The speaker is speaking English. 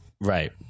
Right